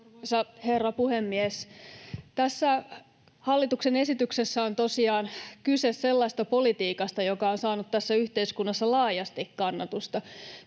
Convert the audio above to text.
herra puhemies! Tässä hallituksen esityksessä on tosiaan kyse sellaisesta politiikasta, joka on saanut tässä yhteiskunnassa laajasti kannatusta.